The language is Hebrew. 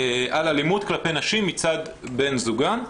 על אלימות כלפי נשים מצד בן זוגן.